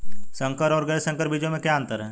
संकर और गैर संकर बीजों में क्या अंतर है?